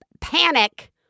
panic